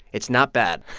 it's not bad